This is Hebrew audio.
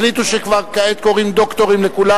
החליטו שכבר כעת קוראים דוקטורים לכולם.